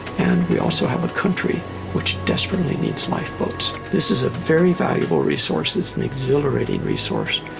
and, we also have a country which desperately needs lifeboats. this is a very valuable resource. it's an exhilarating resource.